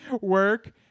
work